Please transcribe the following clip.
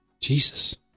Jesus